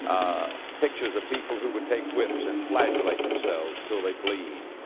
ah, pictures of people who would take whips and flagellate themselves until they bleed.